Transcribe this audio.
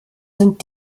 sind